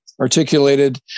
articulated